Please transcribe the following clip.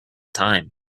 time